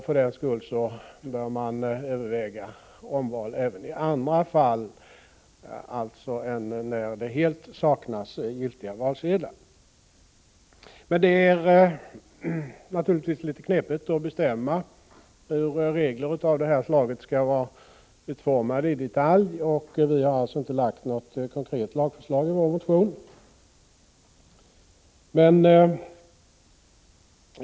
För den skull bör man alltså överväga omval även i andra fall än när det helt saknas giltiga valsedlar. Det är naturligtvis litet knepigt att bestämma hur regler av det här slaget skall vara utformade i detalj, och vi har därför inte lagt fram något konkret lagförslag i vår motion.